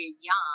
young